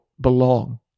belong